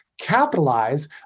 capitalize